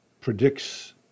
predicts